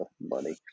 money